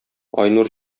айнур